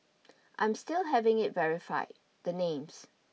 I'm still having it verified the names